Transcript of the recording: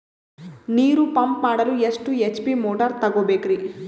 ನೀರು ಪಂಪ್ ಮಾಡಲು ಎಷ್ಟು ಎಚ್.ಪಿ ಮೋಟಾರ್ ತಗೊಬೇಕ್ರಿ?